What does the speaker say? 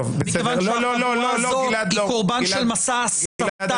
מכיוון שהחבורה הזאת היא קורבן של מסע הסתה.